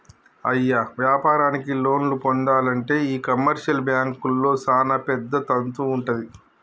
అయ్య వ్యాపారానికి లోన్లు పొందానంటే ఈ కమర్షియల్ బాంకుల్లో సానా పెద్ద తంతు వుంటది